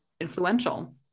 influential